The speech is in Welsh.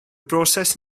broses